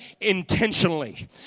intentionally